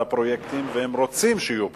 הפרויקטים והם רוצים שיהיו פרויקטים,